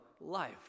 life